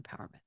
empowerment